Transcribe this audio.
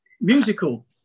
musical